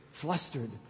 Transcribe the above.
flustered